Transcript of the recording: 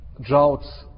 Droughts